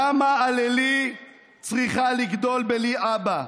למה הללי צריכה לגדול בלי אבא?